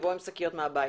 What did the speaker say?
יבואו עם שקיות מהבית,